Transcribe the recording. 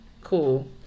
Cool